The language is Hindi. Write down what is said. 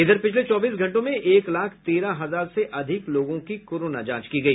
इधर पिछले चौबीस घंटों में एक लाख तेरह हजार से अधिक लोगों की कोरोना जांच की गई